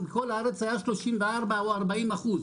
כל הארץ היה 34 או 40 אחוז,